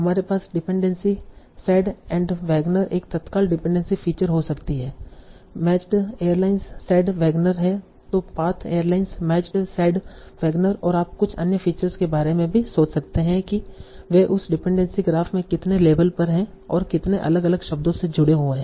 हमारे पास dependency said and Wagner एक तत्काल डिपेंडेंसी फीचर हो सकती है मैचड एयरलाइंस सेड वेगनर है तों path airlines matched said Wagner और आप कुछ अन्य फीचर्स के बारे में भी सोच सकते हैं कि वे उस डिपेंडेंसी ग्राफ में कितने लेबल पर हैं और कितने अलग अलग शब्दों से जुड़े हुए हैं